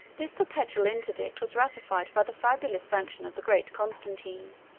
this perpetual interdict was ratified by the fabulous sanction of the great constantine.